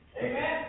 Amen